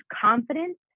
confidence